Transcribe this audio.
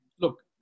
Look